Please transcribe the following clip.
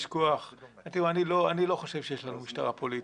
אני לא חושב שיש לנו משטרה פוליטית,